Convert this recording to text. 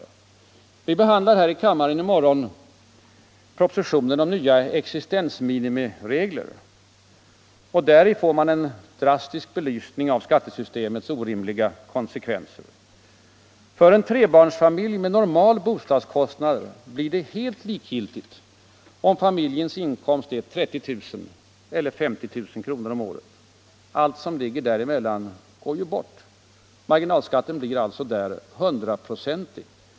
I morgon behandlar vi här i kammaren propositionen om nya existensminimiregler. Där får man en drastisk belysning av skattesystemets orimliga konsekvenser. För en trebarnsfamilj med normal bostadskostnad blir det helt likgiltigt om familjens inkomst är 30 000 eller 50 000 kr. om året. Allt som ligger däremellan går bort. Marginalskatten blir alltså hundraprocentig.